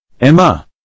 Emma